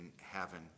heaven